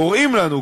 קוראים לנו,